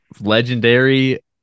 Legendary